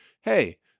Hey